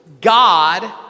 God